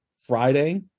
Friday